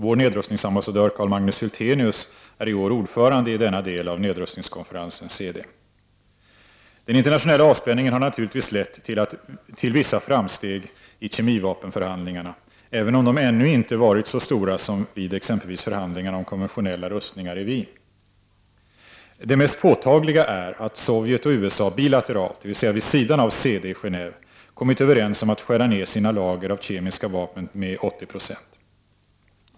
Vår nedrustningsambassadör Carl Magnus Hyltenius är i år ordförande i denna del av nedrustningskonferensen, CD. Den internationella avspänningen har naturligtvis lett till vissa framsteg i kemivapenförhandlingarna, även om de ännu inte varit så stora som vid exempelvis förhandlingarna om konventionella rustningar i Wien. Det mest påtagliga är att Sovjet och USA bilateralt — dvs. vid sidan av CD i Geneve — kommit överens om att skära ned sina lager av kemiska vapen med 80 20.